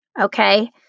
okay